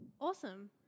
awesome